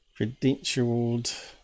credentialed